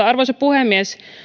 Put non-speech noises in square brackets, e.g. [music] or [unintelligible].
[unintelligible] arvoisa puhemies